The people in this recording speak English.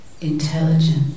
intelligent